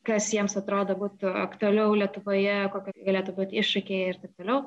kas jiems atrodo būtų aktualiau lietuvoje ir kokie galėtų būti iššūkiai ir taip toliau